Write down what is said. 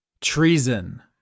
Treason